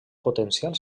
potencial